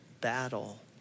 battle